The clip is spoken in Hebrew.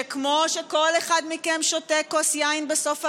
שכמו שכל אחד מכם שותה כוס יין בסוף הערב,